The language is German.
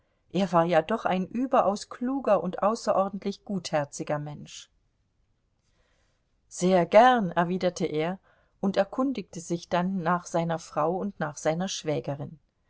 er war ja doch ein überaus kluger und außerordentlich gutherziger mensch sehr gern erwiderte er und erkundigte sich dann nach seiner frau und nach seiner schwägerin